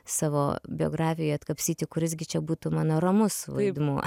savo biografijoj atkapstyti kuris gi čia būtų mano ramus vaidmuo